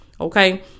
Okay